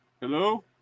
Hello